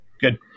Good